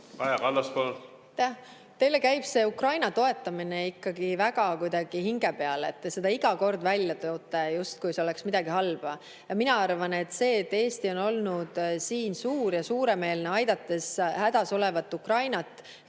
Teile käib see Ukraina toetamine ikka kuidagi väga hinge peale, et te seda iga kord välja toote, justkui see oleks midagi halba. Mina arvan, et see [on hea], et Eesti on olnud siin suur ja suuremeelne, aidates hädas olevat Ukrainat,